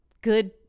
good